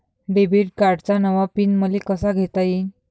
Debit कार्डचा नवा PIN मले कसा घेता येईन?